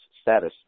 status